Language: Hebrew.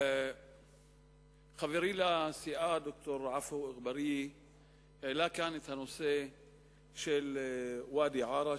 חברי לסיעה העלה כאן את הנושא של ואדי-עארה,